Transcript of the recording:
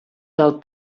del